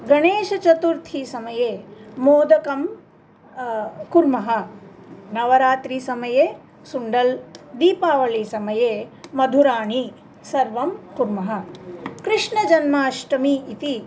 गणेशचतुर्थीसमये मोदकं कुर्मः नवरात्रिसमये सुण्डल् दीपावलिसमये मधुराणि सर्वं कुर्मः कृष्णजन्माष्टमी इति